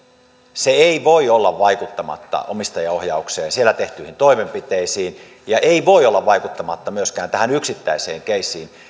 se ei voi olla vaikuttamatta omistajaohjaukseen siellä tehtyihin toimenpiteisiin ja ei voi olla vaikuttamatta myöskään tähän yksittäiseen keissiin